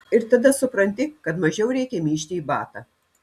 ir tada supranti kad mažiau reikia myžti į batą